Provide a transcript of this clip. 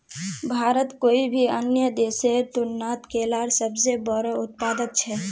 भारत कोई भी अन्य देशेर तुलनात केलार सबसे बोड़ो उत्पादक छे